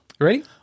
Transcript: ready